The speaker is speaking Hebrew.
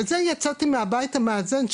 וזה יצאתי מהבית המאזן,